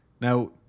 Now